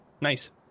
Nice